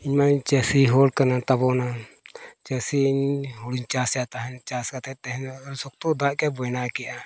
ᱤᱧ ᱢᱟᱧ ᱪᱟᱹᱥᱤ ᱦᱚᱲ ᱠᱟᱱᱟ ᱛᱟᱵᱚᱱᱟ ᱪᱟᱹᱥᱤ ᱦᱩᱲᱩᱧ ᱪᱟᱥᱮᱫ ᱛᱟᱦᱮᱱ ᱪᱟᱥ ᱠᱟᱛᱮᱫ ᱛᱤᱦᱤᱧ ᱥᱚᱠᱛᱚ ᱫᱟᱜ ᱠᱮᱫᱼᱟᱭ ᱵᱚᱱᱱᱟ ᱠᱮᱫᱼᱟᱭ